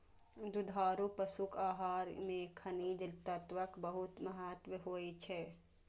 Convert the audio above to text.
दुधारू पशुक आहार मे खनिज तत्वक बहुत महत्व होइ छै